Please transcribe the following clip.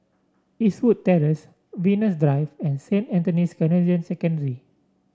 Eastwood Terrace Venus Drive and Saint Anthony's Canossian Secondary